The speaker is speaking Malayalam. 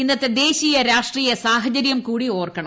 ഇന്നത്തെ ദേശീയ രാഷ്ട്രീയ സാഹചരൃം കൂടി ഓർക്കണം